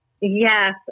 Yes